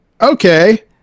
okay